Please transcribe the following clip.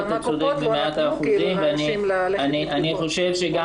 אתה צודק במאת האחוזים ואני חושב שגם